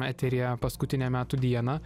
eteryje paskutinę metų dieną